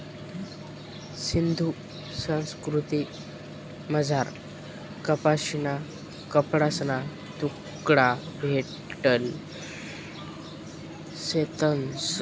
सिंधू संस्कृतीमझार कपाशीना कपडासना तुकडा भेटेल शेतंस